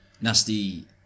Nasty